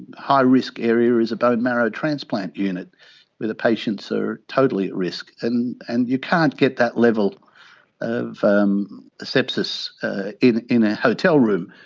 high-risk area is a bone marrow transplant unit where the patients are totally at risk, and and you can't get that level of um sepsis in in a hotel room,